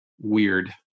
weird